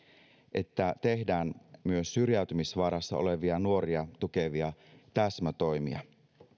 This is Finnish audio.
että tehdään myös syrjäytymisvaarassa olevia nuoria tukevia täsmätoimia